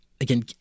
again